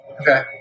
Okay